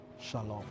Shalom